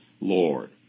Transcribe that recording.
Lord